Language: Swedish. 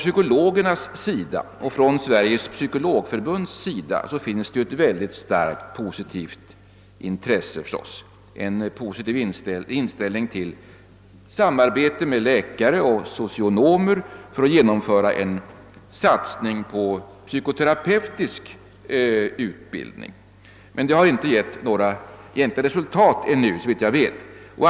Psykologerna och deras organisation, Sveriges psykologförbund, har naturligtvis en positiv inställning till samarbete med läkare och socionomer för att genomföra en satsning på psykoterapeutisk utbildning, men såvitt jag vet har det ännu inte blivit något resultat.